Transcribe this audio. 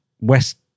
West